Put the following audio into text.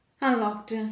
unlocked